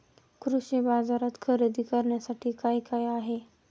कृषी बाजारात खरेदी करण्यासाठी काय काय आहे?